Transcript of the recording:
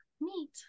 meet